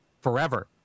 forever